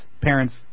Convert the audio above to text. parents